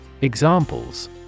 Examples